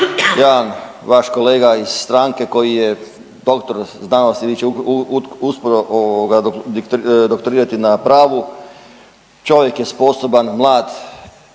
jedan vaš kolega iz stranke koji je doktor znanosti koji će uskoro doktorirati na pravu, čovjek je sposoban, mlad,